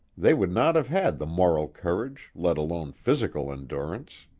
they would not have had the moral courage, let alone physical endurance.